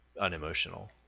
unemotional